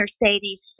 Mercedes